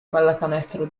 pallacanestro